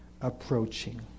approaching